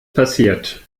passiert